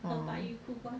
ya